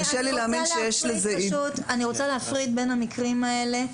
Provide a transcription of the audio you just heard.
אני רוצה להפריד בין המקרים האלה.